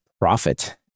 profit